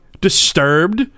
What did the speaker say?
Disturbed